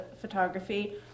photography